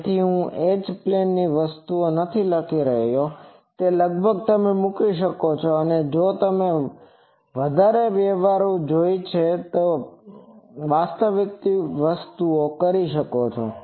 તેથી હું H plane ની વસ્તુઓ નથી લખી રહ્યો તે લગભગ તમે મૂકી શકો છો અને જો તમને વધારે વ્યવહારુ વસ્તુ જોઈએ છે તો વાસ્તવિક વસ્તુ કરો